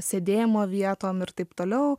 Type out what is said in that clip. sėdėjimo vietom ir taip toliau